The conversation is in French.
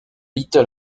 little